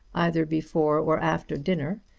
either before or after dinner,